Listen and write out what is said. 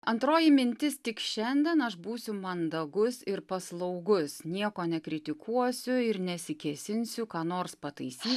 antroji mintis tik šiandien aš būsiu mandagus ir paslaugus nieko nekritikuosiu ir nesikėsinsiu ką nors pataisyti